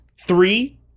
Three